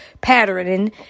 patterning